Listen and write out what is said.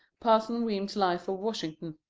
parson weems' life of washington.